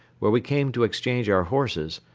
where we came to exchange our horses,